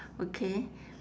okay